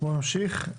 בואו נמשיך.